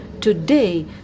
today